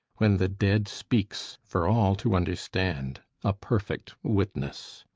when the dead speaks for all to understand, a perfect witness!